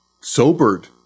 sobered